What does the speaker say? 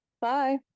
Bye